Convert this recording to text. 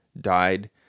died